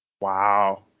Wow